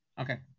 okay